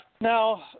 Now